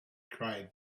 cried